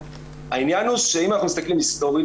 העניין הוא שאם אנחנו מסתכלים היסטורית